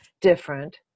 different